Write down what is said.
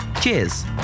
Cheers